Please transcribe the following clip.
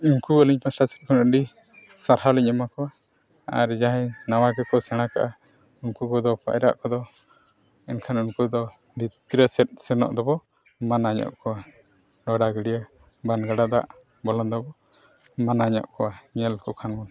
ᱩᱱᱠᱩ ᱟᱹᱞᱤᱧ ᱯᱟᱥᱴᱟ ᱥᱮᱡ ᱠᱷᱚᱱᱟᱞᱤᱧ ᱥᱟᱨᱦᱟᱣ ᱞᱤᱧ ᱮᱢᱟ ᱠᱚᱣᱟ ᱟᱨ ᱡᱟᱦᱟᱸᱭ ᱱᱟᱣᱟ ᱜᱮᱠᱚ ᱥᱮᱬᱟ ᱠᱟᱜᱼᱟ ᱩᱱᱠᱩ ᱠᱚᱫᱚ ᱯᱟᱭᱨᱟᱜ ᱠᱚᱫᱚ ᱮᱱᱠᱷᱟᱱ ᱩᱱᱠᱩ ᱫᱚ ᱵᱷᱤᱛᱛᱨᱤ ᱥᱮᱫ ᱥᱮᱱᱚᱜ ᱫᱚᱵᱚ ᱢᱟᱱᱟ ᱧᱚᱜ ᱠᱚᱣᱟ ᱯᱟᱭᱨᱟ ᱜᱟᱹᱰᱭᱟᱹ ᱵᱟᱱ ᱜᱟᱰᱟ ᱫᱟᱜ ᱵᱚᱞᱚᱱ ᱫᱚ ᱢᱟᱱᱟ ᱧᱚᱜ ᱠᱚᱣᱟ ᱧᱮᱞ ᱠᱚᱠᱷᱟᱱ ᱵᱚᱱ